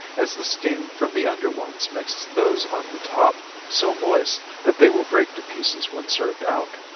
as the steam from the under ones makes those on the top so moist, that they will break to pieces when served out.